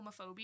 homophobia